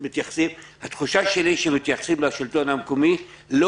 התחושה שלי היא שמתייחסים לשלטון המקומי לא